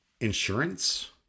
insurance